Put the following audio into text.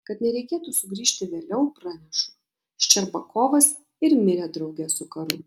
kad nereikėtų sugrįžti vėliau pranešu ščerbakovas ir mirė drauge su karu